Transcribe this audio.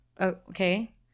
okay